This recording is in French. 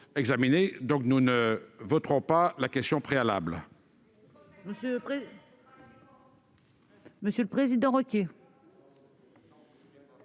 nous ne voterons pas la question préalable.